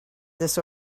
this